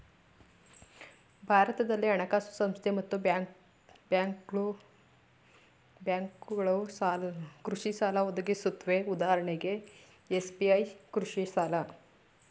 ಭಾರತದಲ್ಲಿ ಹಣಕಾಸು ಸಂಸ್ಥೆ ಮತ್ತು ಬ್ಯಾಂಕ್ಗಳು ಕೃಷಿಸಾಲ ಒದಗಿಸುತ್ವೆ ಉದಾಹರಣೆಗೆ ಎಸ್.ಬಿ.ಐ ಕೃಷಿಸಾಲ